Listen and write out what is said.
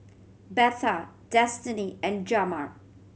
Betha Destinee and Jamar